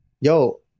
Yo